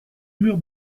mur